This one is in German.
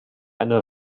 eine